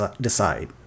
decide